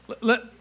let